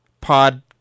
pod